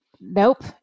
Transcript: Nope